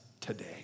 today